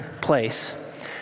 place